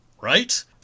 Right